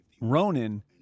Ronan